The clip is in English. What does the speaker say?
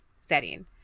setting